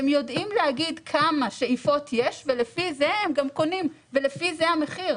הם יודעים להגיד כמה שאיפות יש ולפי זה הם גם קונים ולפי זה המחיר,